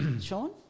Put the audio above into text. Sean